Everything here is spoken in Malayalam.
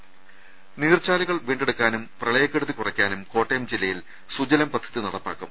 ശേക്ഷക്കങ്ങ നീർച്ചാലുകൾ വീണ്ടെടുക്കാനും പ്രളയക്കെടുതി കുറ യ്ക്കാനും കോട്ടയം ജില്ലയിൽ സുജലം പദ്ധതി നടപ്പാ ക്കും